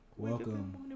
Welcome